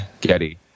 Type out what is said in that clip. Getty